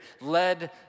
led